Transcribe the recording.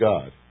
God